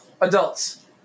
adults